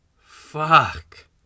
Fuck